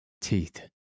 Teeth